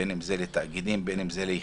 בין אם זה לתאגידים ובין אם ליחידים.